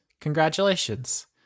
Congratulations